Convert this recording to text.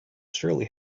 surely